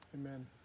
Amen